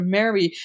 Mary